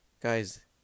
Guys